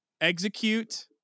Execute